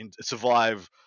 survive